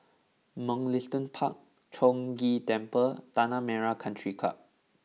Mugliston Park Chong Ghee Temple and Tanah Merah Country Club